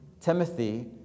Timothy